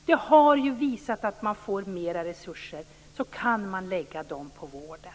Det har ju visat att om man får mera resurser kan de läggas på vården.